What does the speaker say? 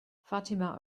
fatima